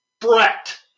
Brett